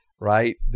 Right